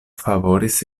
favoris